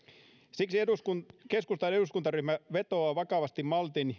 siksi keskustan eduskuntaryhmä vetoaa vakavasti maltin